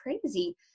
crazy